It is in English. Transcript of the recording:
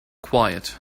quiet